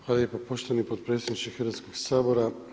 Hvala lijepa poštovani potpredsjedniče Hrvatskog sabora.